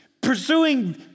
pursuing